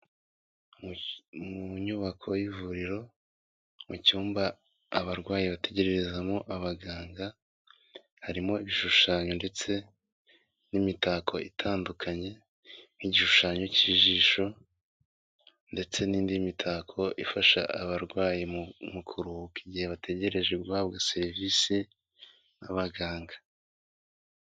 Mu nyubako y'ivuriro, mu cyumba abarwayi bategerererezamo abaganga, harimo ibishushanyo ndetse n'imitako itandukanye, nk'igishushanyo cy'ijisho ndetse n'indi mitako ifasha abarwayi mu kuruhuka igihe bategereje guhabwa serivisi n'abaganga.